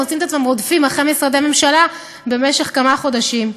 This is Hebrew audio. מוצאים את עצמם רודפים אחרי משרדי ממשלה במשך כמה חודשים.